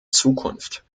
zukunft